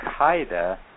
Qaeda